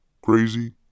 crazy